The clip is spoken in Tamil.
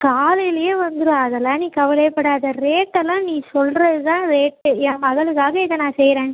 காலையில் வந்துவிடும் அதெல்லாம் நீ கவலையேப்படாத ரேட்டுலாம் நீ சொல்லுறதுதான் ரேட்டே ஏன் மகளுக்காக இதை நான் செய்யறேன்